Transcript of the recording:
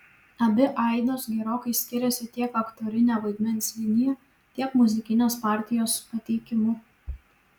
abi aidos gerokai skiriasi tiek aktorine vaidmens linija tiek muzikinės partijos pateikimu